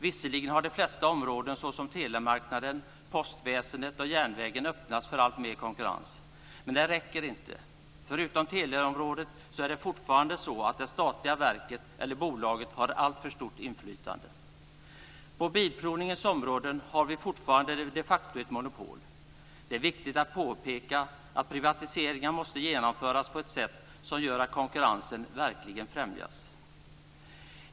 Visserligen har de flesta områden, såsom telemarknaden, postväsendet och järnvägen, öppnats för alltmer konkurrens men det räcker inte. Förutom teleområdet är det fortfarande så att det statliga verket eller bolaget har alltför stort inflytande. På bilprovningens områden har vi fortfarande de facto ett monopol. Det är viktigt att påpeka att privatiseringar måste genomföras på ett sådant sätt att konkurrensen verkligen främjas.